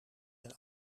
hen